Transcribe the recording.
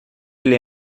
ele